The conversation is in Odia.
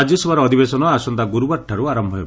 ରାଜ୍ୟସଭାର ଅଧିବେଶନ ଆସନ୍ତା ଗୁରୁବାରଠାରୁ ଆରମ୍ଭ ହେବ